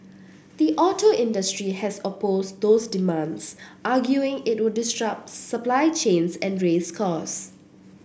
the auto industry has opposed those demands arguing it would disrupt supply chains and raise costs